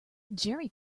jerry